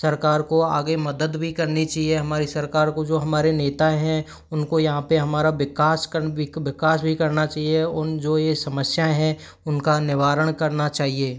सरकार को आगे मदद भी करनी चाहिए हमारी सरकार को जो हमारे नेता हैं उनको यहाँ पर हमारा विकास कर विकास भी करना चाहिए उन जो यह समस्याएँ हैं उनका निवारण करना चाहिए